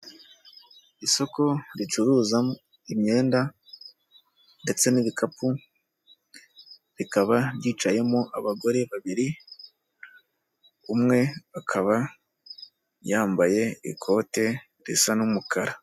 Isoko ricuruza imyenda ndetse n'ibikapu, rikaba byiyicayemo abagore babiri, umwe akaba yambaye ikote risa n'umukara.